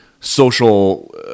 social